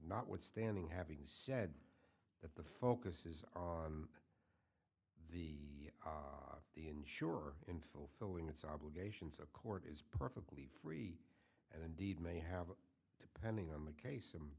notwithstanding having said that the focus is on the the insurer in fulfilling its obligations a court is perfectly free and indeed may have depending on